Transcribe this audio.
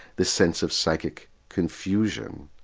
this sense of psychic confusion,